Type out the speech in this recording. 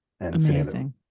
Amazing